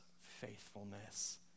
faithfulness